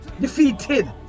defeated